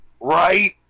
Right